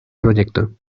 proyecto